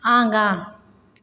आगाँ